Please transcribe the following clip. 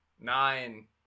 Nine